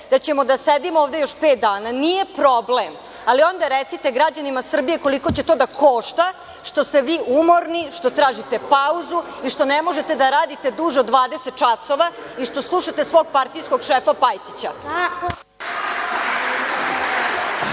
da ćemo da sedimo ovde još pet dana. Nije problem, ali onda recite građanima Srbije koliko će to da košta što ste vi umorni, što tražite pauzu i što ne možete da radite duže od 20 časova i što slušate svog partijskog šefa Pajtića.